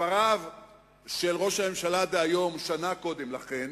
דבריו של ראש הממשלה דהיום שנה קודם לכן,